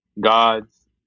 gods